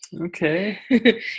Okay